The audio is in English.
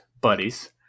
buddies